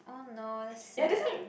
oh no that's sad